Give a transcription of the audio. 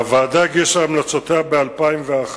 הוועדה הגישה את המלצותיה ב-2001,